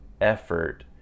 effort